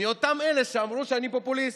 מאותם אלה שאמרו שאני פופוליסט.